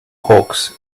hawks